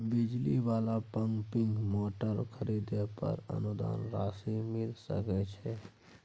बिजली वाला pumping motor खरीदे पर अनुदान राशि मिल सके छैय?